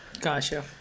Gotcha